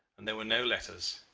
and there were no letters,